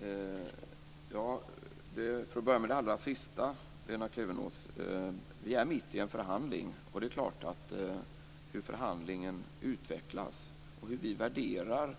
Herr talman! För att börja med det allra sista, Lena Klevenås, är vi mitt i en förhandling. Hur förhandlingen utvecklas och hur vi värderar